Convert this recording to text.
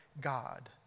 God